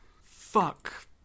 fuck